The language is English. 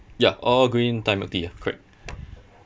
ya all green thai milk tea ya correct